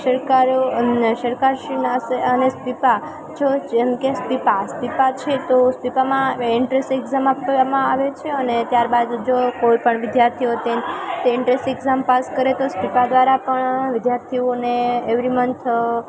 સરકાર સરકારશ્રીના આશરે અને સ્પીપા જો જેમકે સ્પીપા સ્પીપા છે તો સ્પીપામાં એન્ટ્રન્સ એક્ઝામ આપવામાં આવે છે અને ત્યારબાદ જો કોઈપણ વિદ્યાર્થીઓ તે એન્ટરેન્સ એક્ઝામ પાસ કરે તો સ્પીપા દ્વારા પણ વિદ્યાર્થીઓને એવરી મંથ